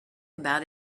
about